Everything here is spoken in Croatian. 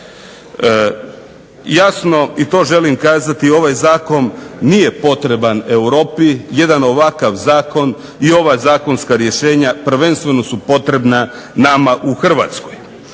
Jasno i to želim kazati ovaj zakon nije potreban Europi, jedan ovakav zakon i ova zakonska rješenja prvenstveno su potrebna nama u Hrvatskoj.